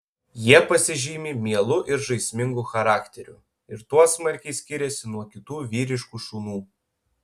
jie pasižymi mielu ir žaismingu charakteriu ir tuo smarkiai skiriasi nuo kitų vyriškų šunų